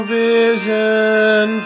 vision